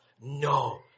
no